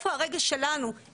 איפה הרגש שלנו?